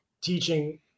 teaching